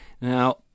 Now